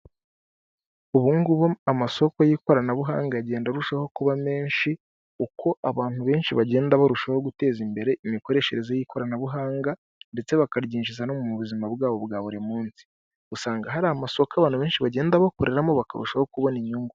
Ubu ngubu amasoko y'ikoranabuhanga agenda arushaho kuba menshi uko abantu benshi bagenda barushaho guteza imbere imikoreshereze y'ikoranabuhanga, ndetse bakaryinjiza no mu buzima bwabo bwa buri munsi. Usanga hari amasoko abantu benshi bagenda bakoreramo bakarushaho kubona inyungu.